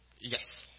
Yes